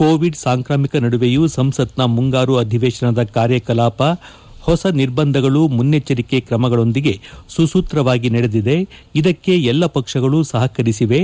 Covid ಸಾಂಕ್ರಾಮಿಕ ನಡುವೆಯೂ ಸಂಸತ್ನ ಮುಂಗಾರು ಅಧಿವೇಶನದ ಕಾರ್ಯಕಲಾಪ ಹೊಸ ನಿರ್ಬಂಧಗಳು ಮುನ್ನೆಚ್ಚರಿಕೆ ಕ್ರಮಗಳೊಂದಿಗೆ ಸುಸೂತ್ರವಾಗಿ ನಡೆದಿವೆ ಇದಕ್ಕೆ ಎಲ್ಲಾ ಪಕ್ಷಗಳು ಸಹಕರಿಸಿವೆ